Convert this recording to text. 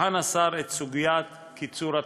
יבחן השר את סוגיית קיצור התוקף.